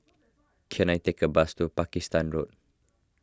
can I take a bus to Pakistan Road